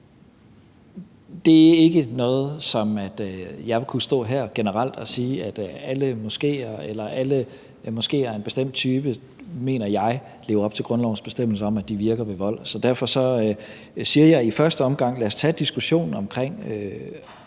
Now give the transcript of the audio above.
Det er ikke noget, som jeg vil kunne stå her generelt og sige, altså at jeg mener, at alle moskéer eller alle moskéer af en bestemt type lever op til grundlovens bestemmelser om, at de virker ved vold. Derfor siger jeg i første omgang: Lad os tage diskussionen om,